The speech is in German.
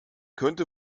könnte